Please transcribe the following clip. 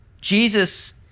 Jesus